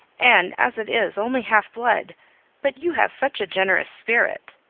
and as it is only half blood but you have such a generous spirit!